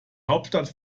hauptstadt